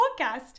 podcast